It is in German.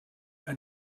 ein